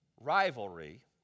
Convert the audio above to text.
rivalry